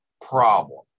problem